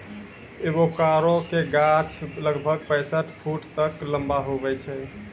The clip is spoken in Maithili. एवोकाडो के गाछ लगभग पैंसठ फुट तक लंबा हुवै छै